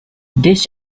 this